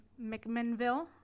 McMinnville